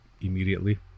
immediately